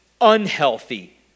unhealthy